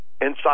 inside